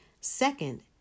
Second